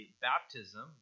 baptism